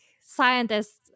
scientists